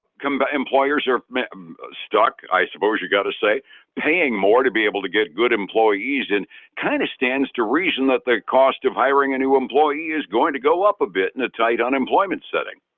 come about employers are um stuck i suppose you got to say paying more to be able to get good employees and kind of stands to reason that the cost of hiring a new employee is going to go up a bit in a tight unemployment setting.